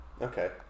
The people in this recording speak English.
okay